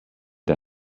der